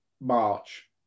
March